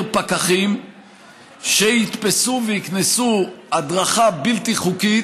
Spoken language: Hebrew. פקחים שיתפסו ויקנסו על הדרכה בלתי חוקית,